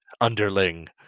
underling